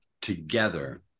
together